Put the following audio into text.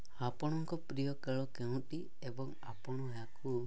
ଆପଣଙ୍କ ପ୍ରିୟ ଖେଳ କେଉଁଟି ଏବଂ ଆପଣ ଏହାକୁ